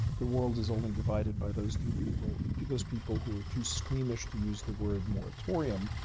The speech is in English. the world is only divided by those two people those people who are too squeamish to use the word moratorium,